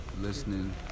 listening